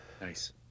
Nice